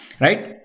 right